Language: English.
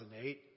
2008